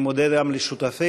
אני מודה גם לשותפתנו,